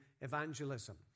Evangelism